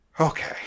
Okay